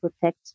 protect